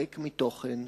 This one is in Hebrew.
ריק מתוכן,